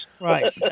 right